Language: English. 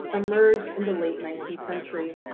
emerged in the late nineteenth century.